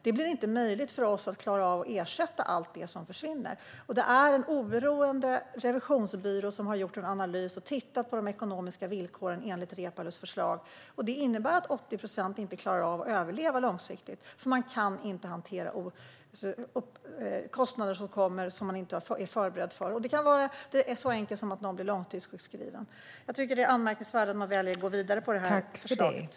Det blir inte möjligt för oss att klara av att ersätta allt det som försvinner. Det är en oberoende revisionsbyrå som har gjort en analys och tittat på de ekonomiska villkoren enligt Reepalus förslag. 80 procent klarar inte av att överleva långsiktigt, för man kan inte hantera uppkommande kostnader som man inte är förberedd för. Det kan vara så enkelt som att någon blir långtidssjukskriven. Jag tycker att det är anmärkningsvärt att ni väljer att gå vidare med det här förslaget.